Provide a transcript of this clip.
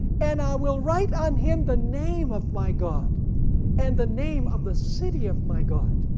and i will write on him the name of my god and the name of the city of my god,